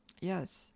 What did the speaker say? Yes